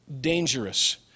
dangerous